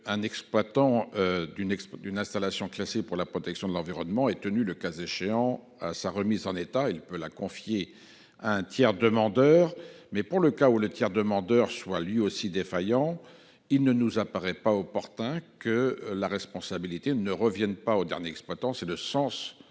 l'exploitant d'une installation classée pour la protection de l'environnement est tenu, le cas échéant, à sa remise en état. Il peut la confier à un tiers demandeur. Mais pour le cas où le tiers demandeur serait lui aussi défaillant, il nous paraît opportun que la responsabilité de la remise en état incombe au dernier exploitant.